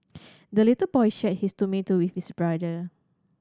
the little boy shared his tomato with his brother